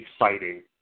exciting